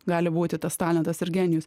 gali būti tas talentas ir genijus